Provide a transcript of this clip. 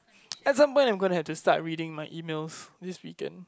at some point I'm gonna have to start reading my emails this weekend